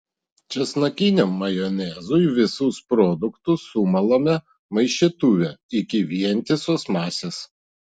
česnakiniam majonezui visus produktus sumalame maišytuve iki vientisos masės